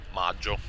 maggio